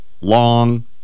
long